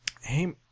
Hey